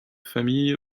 famille